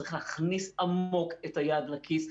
צריך להכניס עמוק את היד לכיס,